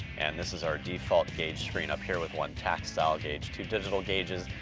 and this is our default gauge screen, up here, with one textile gauge, two digital gauges.